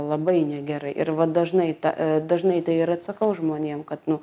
labai negerai ir vat dažnai ta dažnai tai yra sakau žmonėm kad nu